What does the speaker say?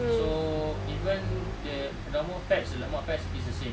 so even the the normal fats the lemak fats is the same